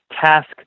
task